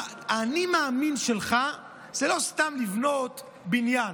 האני מאמין שלך זה לא סתם לבנות בניין.